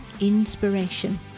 inspiration